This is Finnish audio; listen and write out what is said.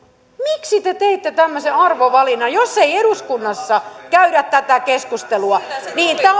miksi te teitte tämmöisen arvovalinnan jos ei eduskunnassa käydä tätä keskustelua niin tämä on